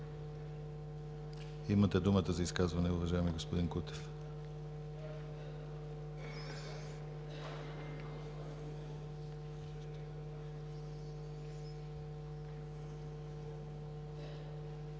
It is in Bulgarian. Имате думата за изказване, уважаеми господин Кутев.